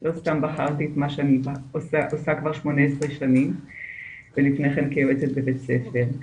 לא סתם בחרתי את מה שאני עושה כבר 18 שנים ולפני כן כיועצת בבית ספר.